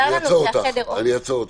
אני אעצור אותך.